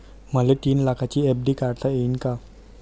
मले तीन लाखाची एफ.डी काढता येईन का?